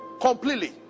Completely